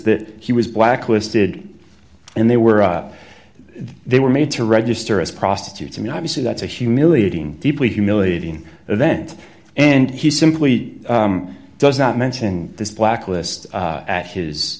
that he was blacklisted and they were up they were made to register as prostitutes i mean obviously that's a humiliating deeply humiliating event and he simply does not mention this blacklist at his